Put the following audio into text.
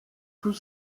tous